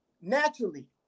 naturally